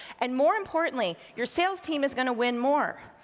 and more importantly, your sales team is gonna win more.